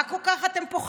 מה אתם כל כך פוחדים?